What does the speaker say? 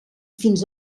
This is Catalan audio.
fins